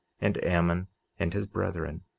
and ammon and his brethren,